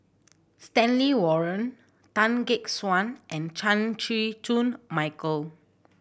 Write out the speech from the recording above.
Stanley Warren Tan Gek Suan and Chan Chew Koon Michael